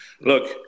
Look